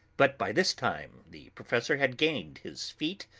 but by this time the professor had gained his feet,